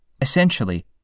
Essentially